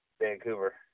Vancouver